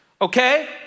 okay